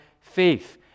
faith